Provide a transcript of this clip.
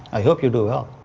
i hope you do well.